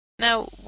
Now